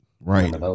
Right